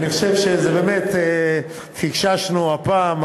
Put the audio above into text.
אני חושב שבאמת פקששנו הפעם,